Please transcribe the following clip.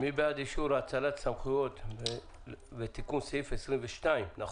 מי בעד אישור האצלת סמכויות ותיקון סעיף 22כה?